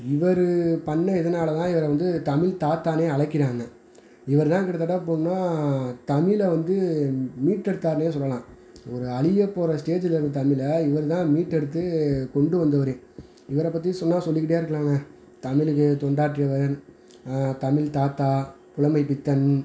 இவர் பண்ண இதனால தான் இவரை வந்து தமிழ் தாத்தானே அழைக்கிறாங்க இவர் தான் கிட்டத்தட்ட எப்பிட்ன்னா தமிழை வந்து மீட்டு எடுத்தாருனே சொல்லலாம் ஒரு அழியப் போகிற ஸ்டேஜ்ஜில் இருந்த தமிழை இவர் தான் மீட்டு எடுத்துக் கொண்டு வந்தவர் இவரைப் பற்றி சொன்னால் சொல்லிக்கிட்டே இருக்கலாங்க தமிழுக்குத் தொண்டாற்றியவர் தமிழ் தாத்தா புலமைப்பித்தன்